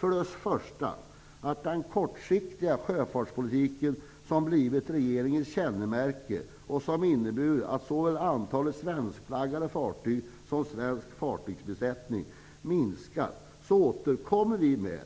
Med tanke på den kortsiktiga sjöfartspolitiken, som blivit regeringens kännetecken och som innebär att såväl antalet svenskflaggade fartyg som svensk fartygsbesättning minskar, återkommer vi med